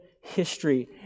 history